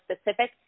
specific